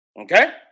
okay